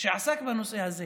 שעסק בנושא הזה,